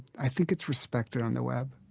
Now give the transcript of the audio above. i think it's respected on the web